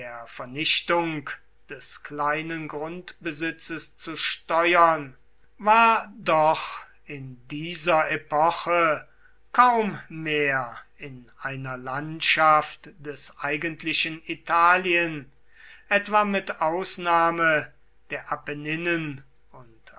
vernichtung des kleinen grundbesitzes zu steuern war doch in dieser epoche kaum mehr in einer landschaft des eigentlichen italien etwa mit ausnahme der apenninen und